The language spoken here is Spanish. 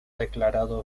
declarado